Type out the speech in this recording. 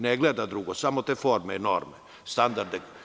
Ne gleda drugo, samo te forme, norme, standarde.